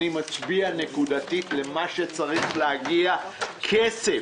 אני מצביע נקודתית למה שצריך להגיע כסף.